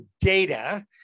data